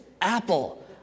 Apple